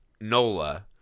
Nola